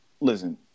listen